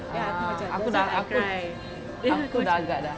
ah aku dah aku dah agak dah